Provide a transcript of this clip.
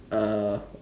uh